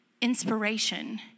inspiration